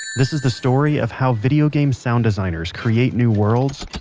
this is the story of how video game sound designers create new worlds,